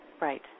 Right